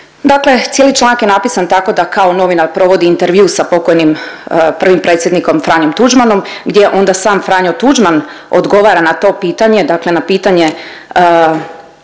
dakle cijeli članak je napisan tako da kao novinar provodi intervju sa pok. prvim predsjednikom Franjom Tuđmanom gdje onda sam Franjo Tuđman, odgovara na to pitanje dakle na pitanje